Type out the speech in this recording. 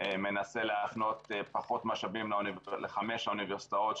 מנסה להפנות פחות משאבים לחמש האוניברסיטאות,